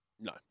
No